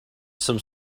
some